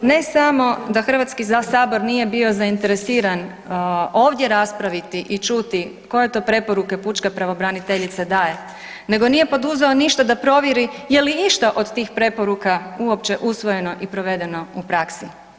Ne samo da HS nije bio zainteresiran ovdje raspraviti i čuti koje je to preporuke pučka pravobraniteljica daje, nego nije poduzeo ništa da provjeri je li išta od tih preporuka uopće usvojeno i provedeno u praksi.